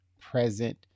present